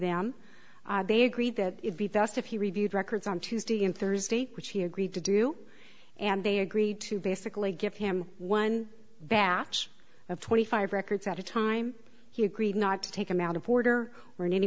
them they agreed that it be best if he reviewed records on tuesday and thursday which he agreed to do and they agreed to basically give him one batch of twenty five records at a time he agreed not to take them out of order or in any